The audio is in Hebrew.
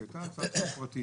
היא הייתה הצעת חוק פרטית.